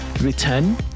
return